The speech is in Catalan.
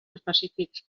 específics